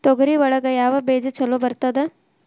ತೊಗರಿ ಒಳಗ ಯಾವ ಬೇಜ ಛಲೋ ಬರ್ತದ?